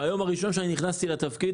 ביום הראשון שנכנסתי לתפקיד,